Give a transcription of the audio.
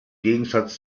gegensatz